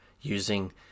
using